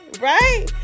Right